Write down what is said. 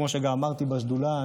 כמו שגם אמרתי בשדולה,